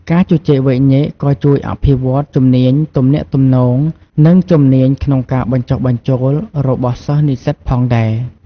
ការជជែកវែកញែកក៏ជួយអភិវឌ្ឍជំនាញទំនាក់ទំនង និងជំនាញក្នុងការបញ្ចុះបញ្ចូលរបស់សិស្សនិស្សិតផងដែរ។